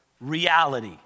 reality